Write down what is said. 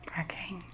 Okay